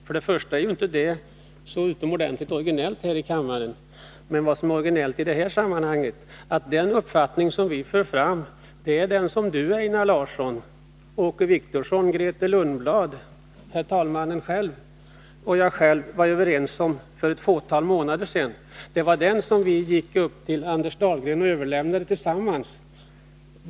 Det Nr 48 förhållandet är visserligen inte särskilt orginellt här i kammaren, men vad Torsdagen den som är orginellt i det här sammanhanget är att den uppfattning som vi för 10 december 1981 fram är den som Einar Larsson, Åke Wictorsson, Grethe Lundblad, herr == talmannen och jag själv var överens om för ett fåtal månader sedan. Och det Lag om spridning var med den uppfattningen som vi gick upp till Anders Dahlgren och av bekämpningsöverlämnade förslaget tillsammans.